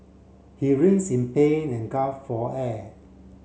he in pain and for air